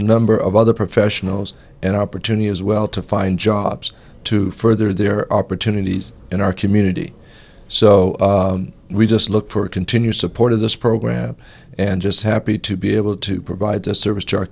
number of other professionals an opportunity as well to find jobs to further their opportunities in our community so we just look for continued support of this program and just happy to be able to provide a service